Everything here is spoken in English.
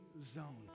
zone